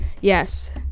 Yes